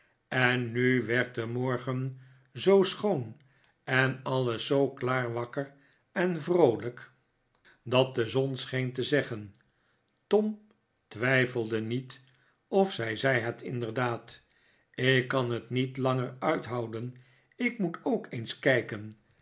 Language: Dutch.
te zeggen tom twijfelde niet of zij zei het inderdaad ik kan het niet langer uithouden ik moet ook eens kijken